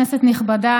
נכבדה,